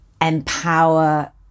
empower